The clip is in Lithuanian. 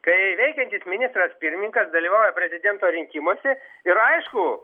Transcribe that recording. kai veikiantis ministras pirmininkas dalyvauja prezidento rinkimuose ir aišku